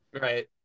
right